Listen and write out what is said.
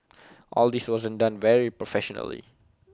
all this wasn't done very professionally